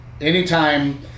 Anytime